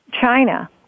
China